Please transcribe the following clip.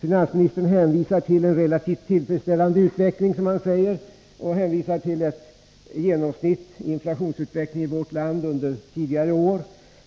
Finansministern hänvisar till en relativt tillfredsställande utveckling, som han säger. Han jämför med den genomsnittliga inflationsutvecklingen i vårt land under tidigare år.